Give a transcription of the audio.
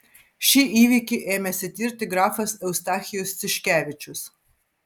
šį įvykį ėmėsi tirti grafas eustachijus tiškevičius